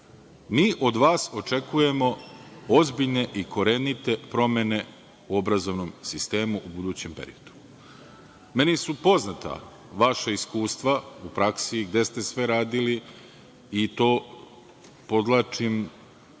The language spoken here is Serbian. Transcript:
od vas očekujemo ozbiljne i korenite promene u obrazovnom sistemu u budućem periodu. Meni su poznata vaša iskustva u praksi, gde ste sve radili i to podvlačim